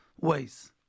ways